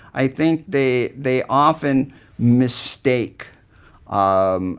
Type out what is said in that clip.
i think they they often mistake um